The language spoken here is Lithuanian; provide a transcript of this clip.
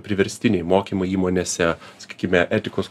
priverstiniai mokymai įmonėse sakykime etikos